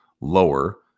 lower